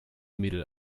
mädel